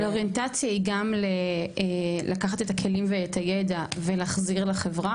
אבל אוריינטציה היא גם לקחת את הכלים ואת הידע ולהחזיר לחברה?